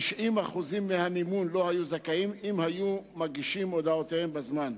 90% מהמימון שהיו זכאים לו אם היו מגישים הודעותיהם בזמן.